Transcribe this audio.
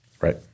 Right